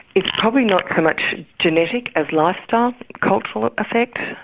it's probably not so much genetic as lifestyle, cultural effects,